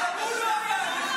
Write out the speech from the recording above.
אבל גם הוא לא היה.